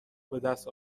بدست